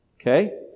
Okay